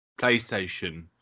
playstation